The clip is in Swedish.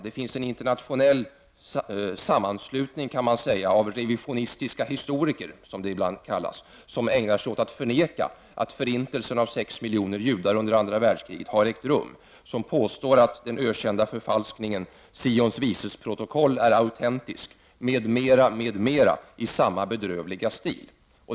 Det finns en internationell sammanslutning, kan man säga, av revisionistiska historiker, som de ibland kallas, som förnekar att förintelsen av 6 miljoner judar under andra världskriget ägt rum, som påstår att den ökända förfalskningen av Sions Visors protokoll är autentiskt, m.m. i samma bedrövliga stil.